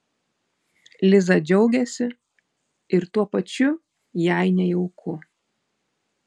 liza džiaugiasi ir tuo pačiu jai nejauku